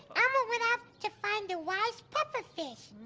elmo went off to find the wise puffer fish.